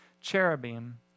cherubim